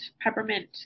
Peppermint